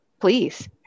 please